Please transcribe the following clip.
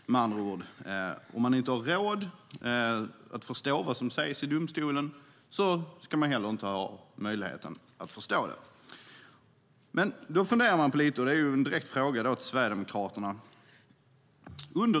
Om man inte har råd att förstå vad som sägs i domstolen ska man med andra ord heller inte ha möjlighet att förstå det. Jag har en direkt fråga till Sverigedemokraterna.